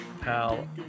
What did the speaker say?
pal